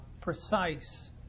precise